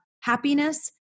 happiness